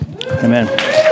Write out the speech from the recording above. amen